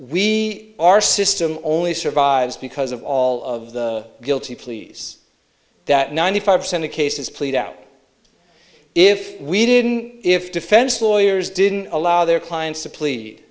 our system only survives because of all of the guilty pleas that ninety five percent of cases plead out if we didn't if defense lawyers didn't allow their clients